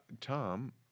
Tom